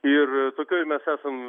ir tokioje mes esam